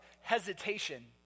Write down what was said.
hesitation